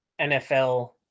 NFL